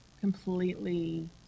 completely